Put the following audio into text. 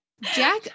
Jack